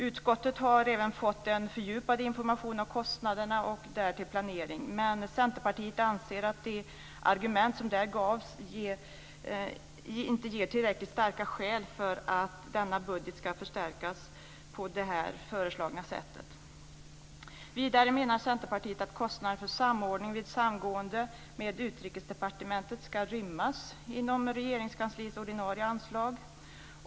Utskottet har även fått en fördjupad information om kostnaderna och därtill planering, men Centerpartiet anser att de argument som där gavs inte är tillräckligt starka skäl för att denna budget ska förstärkas på det föreslagna sättet. Vidare menar Centerpartiet att kostnader för samordning vid samgående med Utrikesdepartementet ska rymmas inom Regeringskansliets ordinarie anslag.